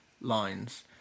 lines